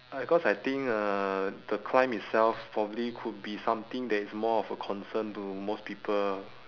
because I think uh the climb itself probably could be something that is more of a concern to most people